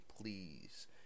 please